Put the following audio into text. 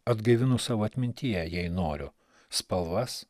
atgaivinus savo atmintyje jei noriu spalvas